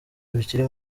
bikiri